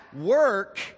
work